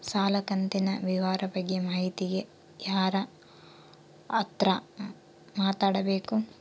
ಸಾಲ ಕಂತಿನ ವಿವರ ಬಗ್ಗೆ ಮಾಹಿತಿಗೆ ಯಾರ ಹತ್ರ ಮಾತಾಡಬೇಕು?